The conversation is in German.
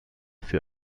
für